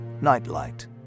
Nightlight